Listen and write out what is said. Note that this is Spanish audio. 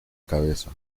cabeza